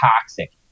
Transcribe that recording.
toxic